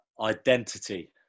Identity